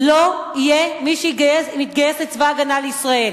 לא יהיה מי שיתגייס לצבא-הגנה לישראל.